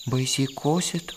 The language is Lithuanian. baisiai kosėt